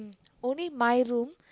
only my room